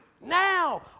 Now